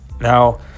Now